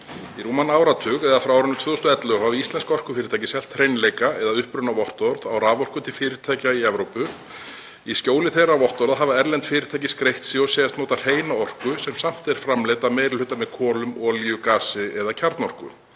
Í rúman áratug, eða frá árinu 2011, hafa íslensk orkufyrirtæki selt hreinleika- eða upprunavottorð á raforku til fyrirtækja Evrópu. Í skjóli þessara vottorða hafa erlend fyrirtæki skreytt sig og segjast nota hreina orku sem samt er framleidd að meirihluta með kolum, olíu, gasi og kjarnorku.